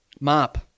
Mop